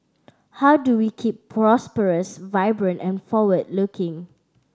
how do we keep prosperous vibrant and forward looking